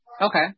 Okay